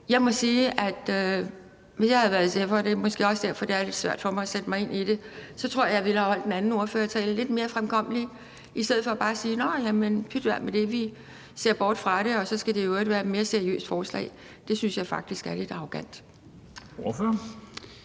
Jeg må sige, at hvis jeg havde været SF'er – og det er måske også derfor, det er lidt svært for mig at sætte mig ind i det – så tror jeg, at jeg ville have holdt en ordførertale, som var lidt mere fremkommelig, i stedet for bare at sige: Pyt med det, vi ser bort fra det, og så skal det i øvrigt være et mere seriøst forslag. Det synes jeg faktisk er lidt arrogant. Kl.